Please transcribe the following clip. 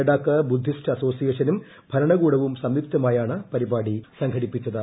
ലഡ്യാക്കി Buddhist അസോസിയേഷനും ഭരണകൂടവൂർ ്സുംയ്ക്തമായാണ് പരിപാടി സംഘടിപ്പിച്ചത്